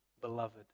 beloved